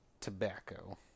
tobacco